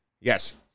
Yes